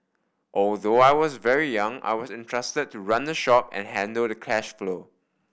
although I was very young I was entrusted to run the shop and handle the cash flow